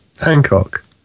Hancock